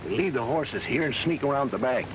he the horses here and sneak around the back